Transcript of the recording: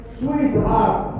sweetheart